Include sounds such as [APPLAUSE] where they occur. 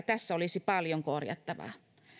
[UNINTELLIGIBLE] tässä olisi paljon korjattavaa